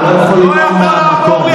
הוא לא יכול לעבור לי,